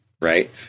right